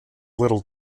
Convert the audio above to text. little